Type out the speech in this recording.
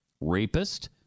rapist